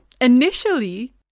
initially